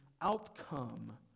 outcome